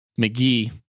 McGee